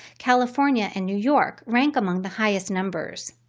california and new york rank among the highest numbers.